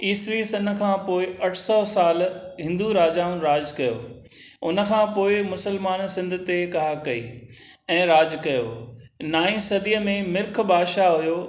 इसवी सन खां पोई अठ सौ साल हिंदू राजाउनि राजु कयो हुन खां पोई मुसलमाननि सिंध ते काब कई ऐं राजु कयो नाईं सदीअ में मिर्ख बादशाहु हुयो